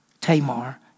Tamar